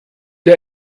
der